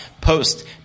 post